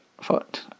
foot